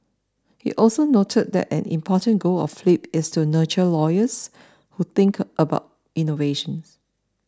he also noted that an important goal of flip is to nurture lawyers who think about innovation